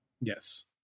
yes